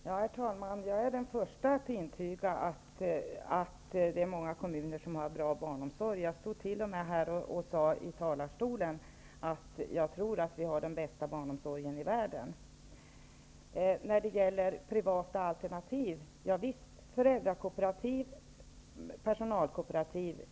Herr talman! Jag är den första att intyga att det finns många kommuner som har bra barnomsorg. Jag sade här i talarstolen att jag tror att vi har den bästa barnomsorgen i världen. Visst finns det privata alternativ -- föräldrakooperativ och personalkooperativ.